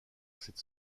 cette